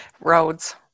Roads